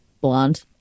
Blonde